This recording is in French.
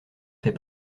fait